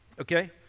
okay